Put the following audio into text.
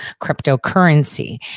cryptocurrency